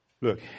Look